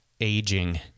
aging